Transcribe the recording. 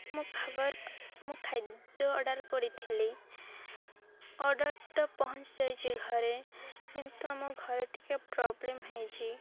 ମୁଁ ମୁଁ ଖାଦ୍ୟ ଅର୍ଡ଼ର୍ କରିଥିଲି ଅର୍ଡ଼ର୍ ତ ପହଞ୍ଚି ଯାଇଛି ଘରେ କିନ୍ତୁ ଆମ ଘରେ ଟିକେ ପ୍ରୋବ୍ଲେମ୍ ହେଇଛି